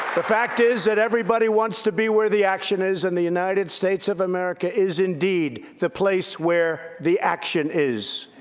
the fact is that everybody wants to be where the action is, and the united states of america is indeed the place where the is.